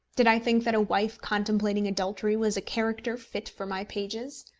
did i think that a wife contemplating adultery was a character fit for my pages?